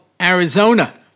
Arizona